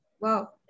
Wow